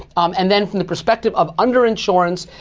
and then from the perspective of under insurance,